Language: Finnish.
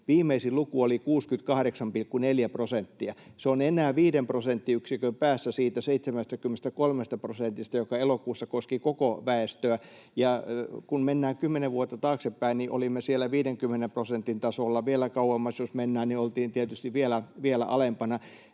Viimeisin luku oli 68,4 prosenttia, ja se on enää viiden prosenttiyksikön päässä siitä 73 prosentista, joka elokuussa koski koko väestöä. Kun mennään kymmenen vuotta taaksepäin, olimme 50 prosentin tasolla, ja vielä kauemmas jos mennään, niin oltiin tietysti vielä alempana.